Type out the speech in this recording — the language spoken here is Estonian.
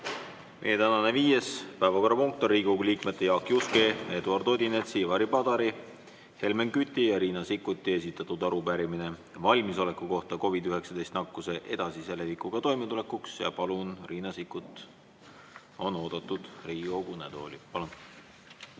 Meie tänane viies päevakorrapunkt on Riigikogu liikmete Jaak Juske, Eduard Odinetsi, Ivari Padari, Helmen Küti ja Riina Sikkuti esitatud arupärimine valmisoleku kohta COVID‑19 nakkuse edasise levikuga toimetulekuks. Riina Sikkut on oodatud Riigikogu kõnetooli. Palun!